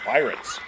Pirates